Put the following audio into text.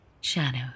shadow